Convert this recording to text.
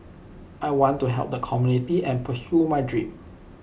I want to help the community and pursue my dream